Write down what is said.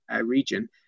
region